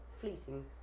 Fleeting